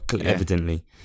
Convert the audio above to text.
evidently